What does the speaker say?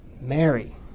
Mary